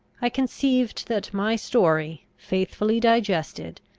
i conceived that my story, faithfully digested,